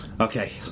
Okay